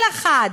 כל אחד,